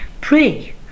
pray